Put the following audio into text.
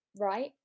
right